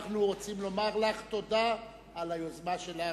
ואנחנו רוצים לומר לך תודה על היוזמה שלך,